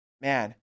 man